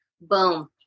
Boom